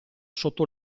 sotto